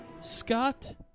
Scott